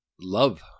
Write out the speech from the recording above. love